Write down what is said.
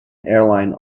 airline